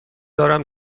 دارم